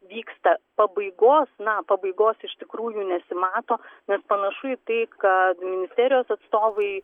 vyksta pabaigos na pabaigos iš tikrųjų nesimato nes panašu į tai kad ministerijos atstovai